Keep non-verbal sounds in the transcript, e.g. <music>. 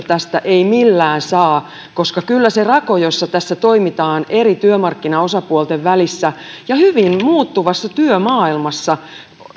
<unintelligible> tästä ei millään saa koska kyllä se rako jossa tässä toimitaan eri työmarkkinaosapuolten välissä ja hyvin muuttuvassa työmaailmassa